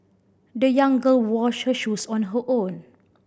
the young girl washed her shoes on her own